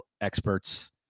experts